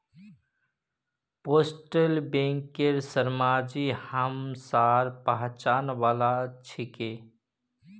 postal बैंकेर शर्माजी हमसार पहचान वाला छिके